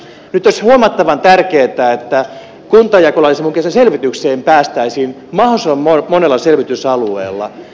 nyt olisi huomattavan tärkeätä että kuntajakolain mukaiseen selvitykseen päästäisiin mahdollisimman monella selvitysalueella